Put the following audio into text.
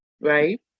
right